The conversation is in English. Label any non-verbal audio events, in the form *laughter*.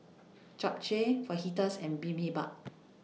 *noise* Japchae Fajitas and Bibimbap